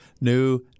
new